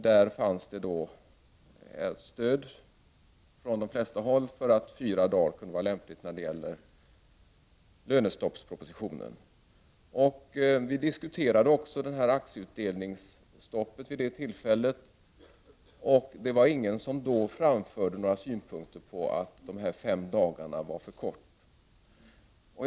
Då fanns det stöd för att fyra dagars motionstid var lämpligt när det gäller lönestoppspropositionen. Vi diskuterade också aktieutdelningsstoppet, och då var det ingen som framförde några synpunkter på huruvida det var tillräckligt med fem dagar.